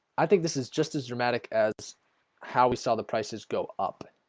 i? think this is just as dramatic as how we saw the prices go up